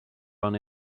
run